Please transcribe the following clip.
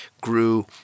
grew